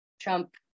Trump